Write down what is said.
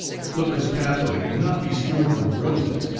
flipper's pathway will not be strewn with roses,